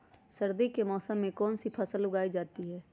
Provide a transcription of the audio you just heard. सर्दी के मौसम में कौन सी फसल उगाई जाती है?